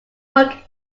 work